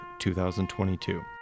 2022